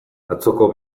atzoko